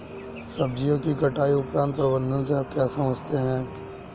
सब्जियों की कटाई उपरांत प्रबंधन से आप क्या समझते हैं?